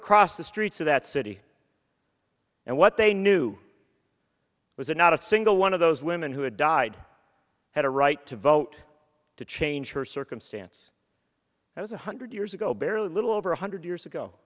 across the streets of that city and what they knew was not a single one of those women who had died had a right to vote to change her circumstance i was one hundred years ago barely a little over one hundred years ago